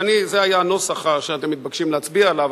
זה היה הנוסח שאתם מתבקשים להצביע עליו.